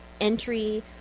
entry